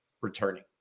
returning